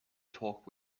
talk